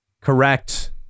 correct